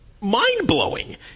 mind-blowing